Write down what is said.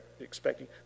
expecting